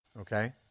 Okay